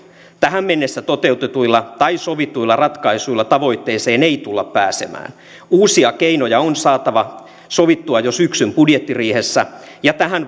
tähän mennessä toteutetuilla tai sovituilla ratkaisuilla tavoitteeseen ei tulla pääsemään uusia keinoja on saatava sovittua jo syksyn budjettiriihessä ja tähän